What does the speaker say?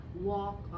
walk